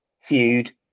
feud